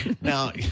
now